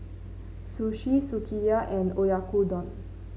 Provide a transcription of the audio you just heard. Sushi Sukiyaki and Oyakodon